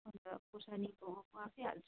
अन्त हुन्छ खुर्सानीको हो म आफै हाल्छु